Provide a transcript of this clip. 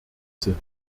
sind